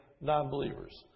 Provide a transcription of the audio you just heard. non-believers